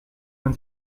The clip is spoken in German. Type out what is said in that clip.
man